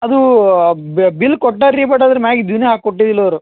ಅದೂ ಬಿಲ್ಲ್ ಕೊಟ್ಟಾರಿ ಬಟ್ ಅದ್ರ ಮ್ಯಾಲೆ ಇದುನ್ನೇ ಹಾಕಿ ಕೊಟ್ಟಿದ್ದಿಲ್ಲ ಅವರು